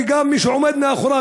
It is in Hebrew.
וגם מי שעומד מאחוריו,